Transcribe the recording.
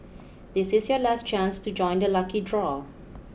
this is your last chance to join the lucky draw